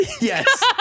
Yes